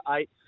eight